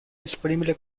disponibile